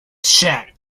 cheque